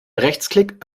rechtsklick